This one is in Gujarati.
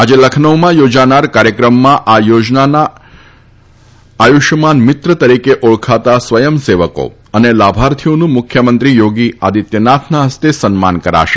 આજે લખનૌમાં યોજાનાર કાર્યક્રમમાં આ યોજનાના આયુષ્યમાન મિત્ર તરીકે ઓળખાતા સ્વયંસેવકો અને લાભાર્થીઓનું મુખ્યમંત્રી યોગી આદિત્યનાથના હસ્તે સન્માન કરાશે